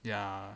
ya